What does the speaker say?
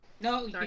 No